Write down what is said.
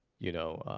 you know?